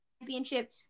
Championship